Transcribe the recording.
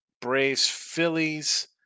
Braves-Phillies